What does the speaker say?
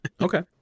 Okay